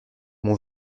mon